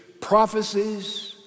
prophecies